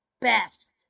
best